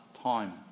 time